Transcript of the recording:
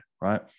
right